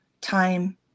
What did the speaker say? Time